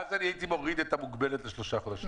ואז הייתי מוריד את המוגבלת לשלושה חודשים.